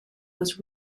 was